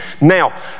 Now